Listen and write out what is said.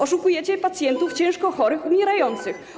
Oszukujecie pacjentów ciężko chorych, umierających.